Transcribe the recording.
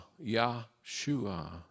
Yahshua